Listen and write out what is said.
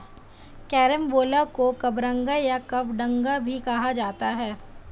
carambola को कबरंगा या कबडंगा भी कहा जाता है